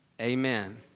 Amen